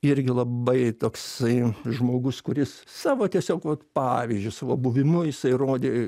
irgi labai toksai žmogus kuris savo tiesiog vat pavyzdžiu savo buvimu jisai rodė